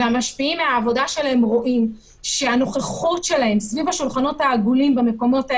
והם רואים שהנוכחות שלהם סביב שולחנות עגולים במקומות האלה,